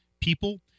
people